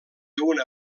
una